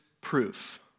proof